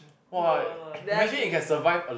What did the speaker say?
no no no that I can